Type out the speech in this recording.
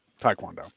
Taekwondo